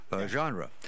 genre